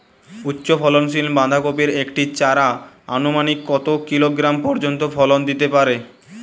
উচ্চ ফলনশীল বাঁধাকপির একটি চারা আনুমানিক কত কিলোগ্রাম পর্যন্ত ফলন দিতে পারে?